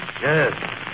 Yes